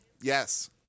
Yes